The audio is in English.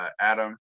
Adam